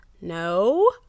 No